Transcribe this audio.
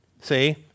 See